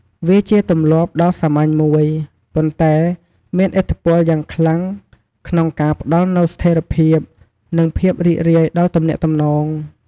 វាជាទម្លាប់ដ៏សាមញ្ញមួយ ប៉ុន្តែមានឥទ្ធិពលយ៉ាងខ្លាំងក្នុងការផ្តល់នូវស្ថិរភាព និងភាពរីករាយដល់ទំនាក់ទំនង។